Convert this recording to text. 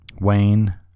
Wayne